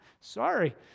Sorry